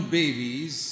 babies